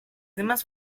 demás